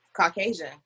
Caucasian